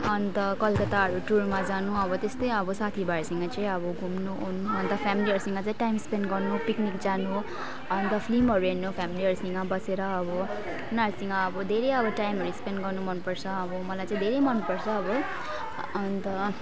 अन्त कलकत्ताहरू टुरमा जानु अब त्यस्तै अब साथी भाइहरूसँग चाहिँ अब घुम्नु ओर्नु अन्त फेमिलीहरूसँग चाहिँ टाइम स्पेन्ड गर्नु पिकनिक जानु अन्त फिल्महरू हेर्नु फेमिलीहरूसँग बसेर अब उनीहरूसँग अब धेरै अब टाइमहरू स्पेन्ड गर्नु मनपर्छ अब मलाई चाहिँ धेरै मनपर्छ अब अन्त